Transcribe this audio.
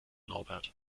norbert